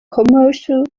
commercial